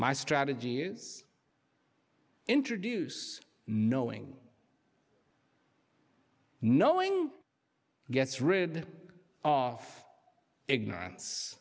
my strategy is introduce knowing knowing gets rid of ignorance